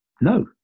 no